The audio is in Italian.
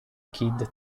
kid